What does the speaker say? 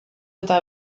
eta